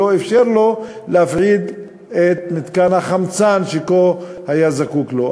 שלא אפשר לו להפעיל את מתקן החמצן שהוא היה זקוק לו.